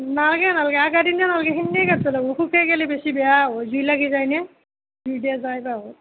নালাগে নালাগে আগৰ দিনা নালাগে সেনেকেই লাগিব শুকাই গলে বেছি বেয়া হ'ব জুই লাগি যায় নে জুই দিয়া যাই বাৰু